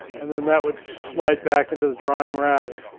and then that would slide back into the drying rack,